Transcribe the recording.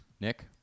Nick